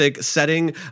setting